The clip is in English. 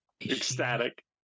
Ecstatic